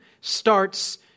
starts